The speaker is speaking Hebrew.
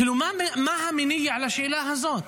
כאילו, מה המניע לשאלה הזאת?